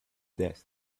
desk